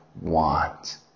want